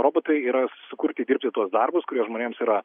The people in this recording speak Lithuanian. robotai yra sukurti dirbti tuos darbus kurie žmonėms yra